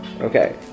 Okay